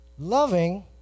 loving